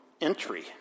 entry